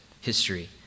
history